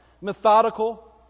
methodical